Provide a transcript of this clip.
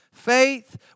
Faith